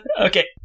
Okay